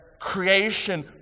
creation